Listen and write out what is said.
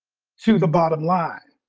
to the bottom line.